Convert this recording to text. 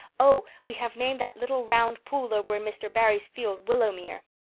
oh, we have named that little round pool over in mr. barry's field willowmere.